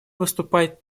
выступать